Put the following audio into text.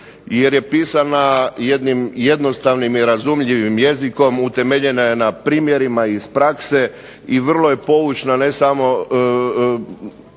jer je pisana jednim jednostavnim i razumljivim jezikom, utemeljena je na primjerima iz prakse i vrlo je poučna ne samo